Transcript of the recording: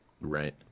Right